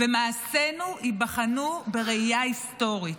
ומעשינו ייבחנו בראייה היסטורית.